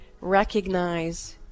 recognize